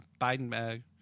Biden